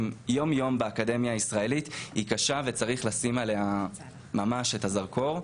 יום-יום באקדמיה הישראלית היא קשה וצריך לשים עליה את הזרקור.